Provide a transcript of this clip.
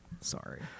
Sorry